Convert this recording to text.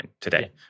today